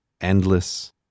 endless